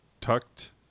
tucked